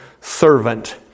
servant